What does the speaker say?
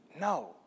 no